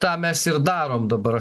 tą mes ir darom dabar